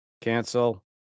Cancel